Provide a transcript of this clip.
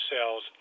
cells